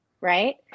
right